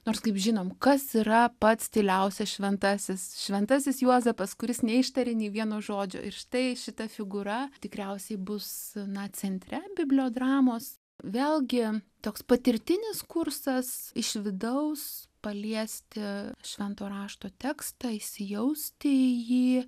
nors kaip žinom kas yra pats tyliausias šventasis šventasis juozapas kuris neištarė nei vieno žodžio ir štai šita figūra tikriausiai bus na centre biblijodramos vėlgi toks patirtinis kursas iš vidaus paliesti švento rašto tekstą įsijausti į jį